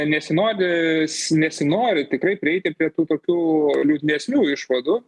nesinori nesinori tikrai prie tų tokių liūdnesnių išvadų